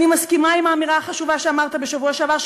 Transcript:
אני מסכימה לאמירה החשובה שאמרת בשבוע שעבר,